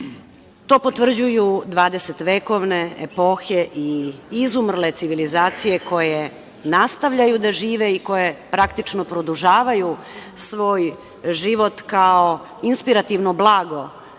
To potvrđuju dvadeset vekovne epohe i izumrle civilizacije koje nastavljaju da žive i koje, praktično, produžavaju svoj život kao inspirativno blago